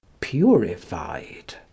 purified